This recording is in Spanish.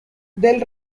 del